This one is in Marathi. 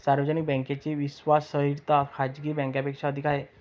सार्वजनिक बँकेची विश्वासार्हता खाजगी बँकांपेक्षा अधिक आहे